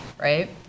right